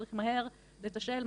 כשצריך מהר לתשאל,